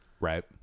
right